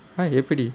எப்பிடி:eppidi